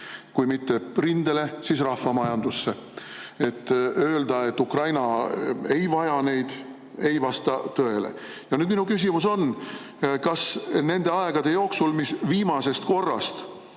kui mitte rindele, siis rahvamajandusse. Öelda, et Ukraina ei vaja neid – see ei vasta tõele. Ja nüüd minu küsimus on: kas selle aja jooksul, mis on möödunud viimasest korrast,